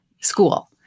school